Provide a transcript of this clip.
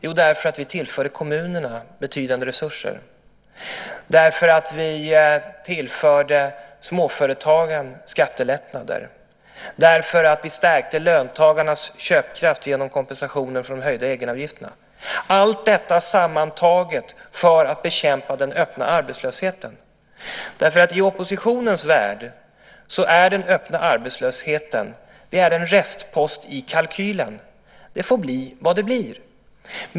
Jo, därför att vi tillförde kommunerna betydande resurser, därför att vi tillförde småföretagen skattelättnader och därför att vi stärkte löntagarnas köpkraft genom kompensationen för de höjda egenavgifterna - allt detta sammantaget för att bekämpa den öppna arbetslösheten. I oppositionens värld är den öppna arbetslösheten en restpost i kalkylen. Det får bli vad det blir.